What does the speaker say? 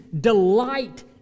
delight